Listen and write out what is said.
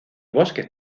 bosques